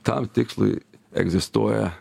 tam tikslui egzistuoja